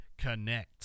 connect